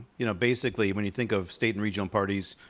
you know, basically, when you think of state and regional parties,